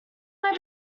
may